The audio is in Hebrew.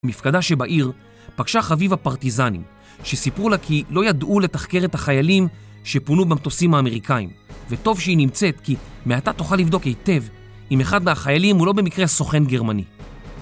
מפקדה שבעיר פגשה חביבה פרטיזנים שסיפרו לה כי לא ידעו לתחקר את החיילים שפונו במטוסים האמריקאים וטוב שהיא נמצאת כי מעתה תוכל לבדוק היטב אם אחד מהחיילים הוא לא במקרה סוכן גרמני